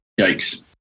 Yikes